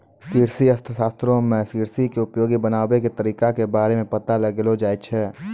कृषि अर्थशास्त्रो मे कृषि के उपयोगी बनाबै के तरिका के बारे मे पता लगैलो जाय छै